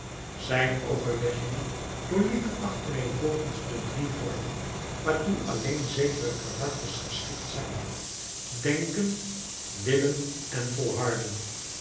zijn overleggingen doorliepen achtervolgens de drie vormen waartoe alleen zekere karakters geschikt zijn denken willen en volharden